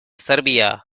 serbia